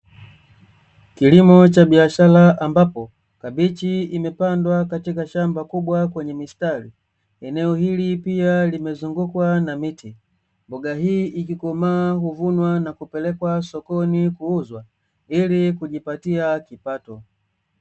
Kilimo cha biashara ambapo kabichi imepandwa katika shamba kubwa kwenye mistari, eneo hili pia limezungukwa na miti. Mboga hii ikikomaa huvunwa na kupelekwa sokoni kuuzwa ili kujipatia kipato.